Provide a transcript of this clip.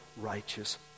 righteous